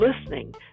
listening